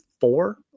four